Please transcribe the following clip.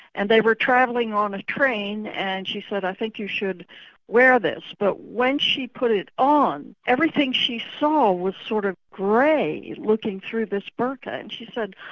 and they were travelling on a train and said, i think you should wear this, but when she put it on, everything she saw was sort of grey looking through this burkha. and she said,